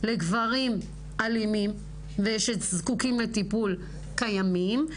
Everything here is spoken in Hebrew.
לגברים אלימים ושזקוקים לטיפול קיימים,